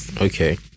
Okay